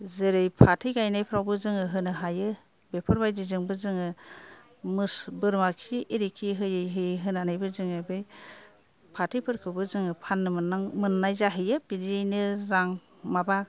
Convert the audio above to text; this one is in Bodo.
जेरै फाथै गायनायफ्रावबो जोङो होनो हायो बेफोरबायदिजोंबो जोङो बोरमा खि इरिखि होयै होयै होनानैबो जोङो बे फाथैफोरखौबो जोङो फाननो मोननां मोननाय जाहैयो बिदियैनो रां माबा